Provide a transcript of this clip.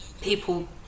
people